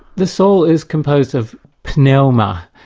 the soul is composed of pnelma,